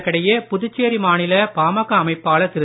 இதற்கிடையே புதுச்சேரி மாநில பாமக அமைப்பாளர் திரு